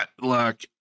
look